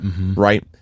right